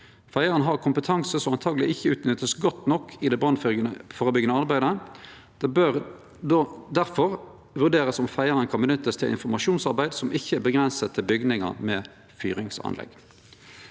Feiarane har kompetanse som antakeleg ikkje vert utnytta godt nok i det brannførebyggjande arbeidet. Det bør difor vurderast om feiarane kan nyttast til informasjonsarbeid som ikkje er avgrensa til bygningar med fyringsanlegg.